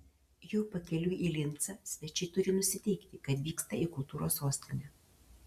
jau pakeliui į lincą svečiai turi nusiteikti kad vyksta į kultūros sostinę